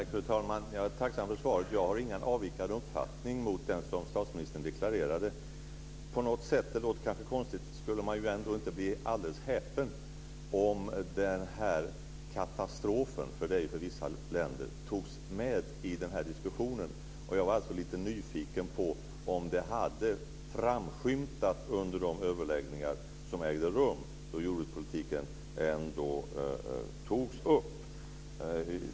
Fru talman! Jag är tacksam för svaret. Jag har ingen avvikande uppfattning mot den som statsministern deklarerade. Det låter kanske konstigt, men på något sätt skulle man inte bli alldeles häpen om den här katastrofen, som det är för vissa länder, togs med i diskussionen. Jag var alltså lite nyfiken på om det hade framskymtat när jordbrukspolitiken togs upp under de överläggningar som ägde rum.